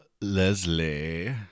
Leslie